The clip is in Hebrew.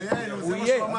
הוא יהיה.